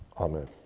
Amen